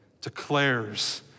declares